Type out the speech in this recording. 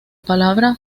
palabra